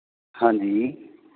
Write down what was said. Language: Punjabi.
ਹਾਂਜੀ